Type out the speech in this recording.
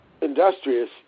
industrious